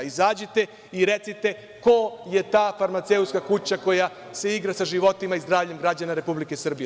Izađite i recite ko je ta farmaceutska kuća koja se igra sa životima i zdravljem građana Republike Srbije.